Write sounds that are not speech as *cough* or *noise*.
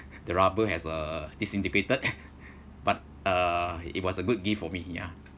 the rubber has uh disintegrated *laughs* but uh it was a good gift for me ya